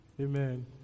Amen